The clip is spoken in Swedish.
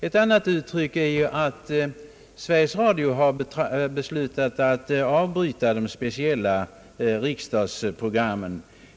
Ett annat uttryck för motsättningen är att Sveriges Radio beslutat slopa de speciella riksdagsprogrammen.